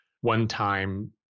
one-time